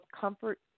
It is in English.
comfort